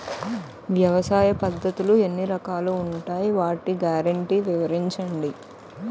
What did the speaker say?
వ్యవసాయ పద్ధతులు ఎన్ని రకాలు ఉంటాయి? వాటి గ్యారంటీ వివరించండి?